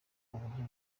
uburyo